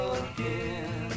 again